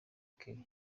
kelly